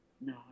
no